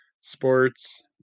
sports